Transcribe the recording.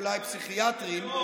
אולי פסיכיאטריים,